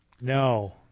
No